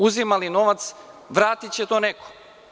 Uzimali novac, vratiće to neko.